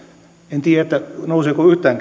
en tiedä nouseeko yhtään